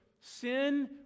sin